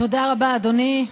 תודה רבה אדוני.